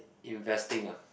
investing uh